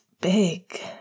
big